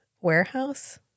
warehouse